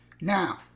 Now